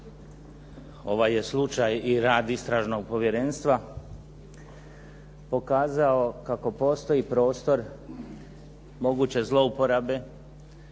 Ovaj je slučaj i rad Istražnog povjerenstva pokazao kako postoji prostor moguće zlouporabe,